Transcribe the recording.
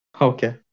okay